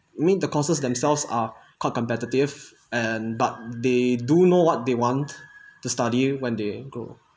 you mean the courses themselves are quite competitive and but they do know what they want to study when they go